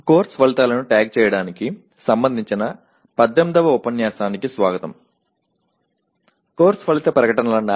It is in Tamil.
பாடநெறி விளைவுகள் - POs and PSOs வாழ்த்துக்கள் மற்றும் யூனிட் 18 க்கு வரவேற்கிறோம் இது பாடநெறி விளைவுகளை குறிப்பது தொடர்பானது